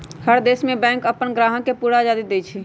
हर देश में बैंक अप्पन ग्राहक के पूरा आजादी देई छई